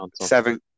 seven